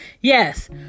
Yes